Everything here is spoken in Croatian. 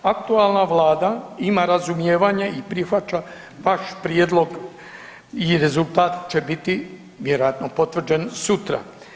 Aktualna Vlada ima razumijevanje i prihvaća vaš prijedlog i rezultat će biti vjerojatno potvrđen sutra.